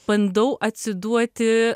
bandau atsiduoti